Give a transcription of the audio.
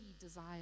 desire